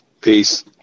Peace